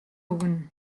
өгнө